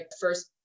first